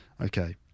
Okay